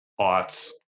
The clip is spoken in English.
aughts